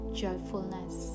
joyfulness